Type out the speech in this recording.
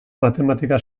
matematika